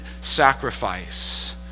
sacrifice